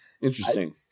interesting